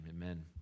amen